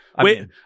Wait